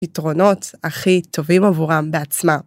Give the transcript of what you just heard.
פתרונות הכי טובים עבורם בעצמה.